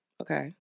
Okay